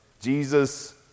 Jesus